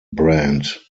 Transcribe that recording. brand